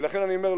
ולכן אני אומר,